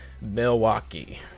Milwaukee